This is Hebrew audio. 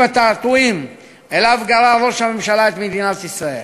התעתועים שאליו גררת את מדינת ישראל,